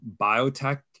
Biotech